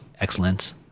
excellence